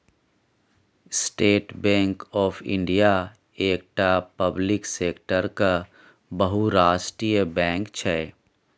state Bank of India एकटा public सेक्टरक बहुराष्ट्रीय बैंक छै